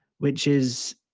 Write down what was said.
which is,